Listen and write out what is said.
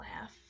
laugh